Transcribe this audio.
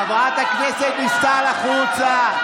חברת הכנסת דיסטל, החוצה,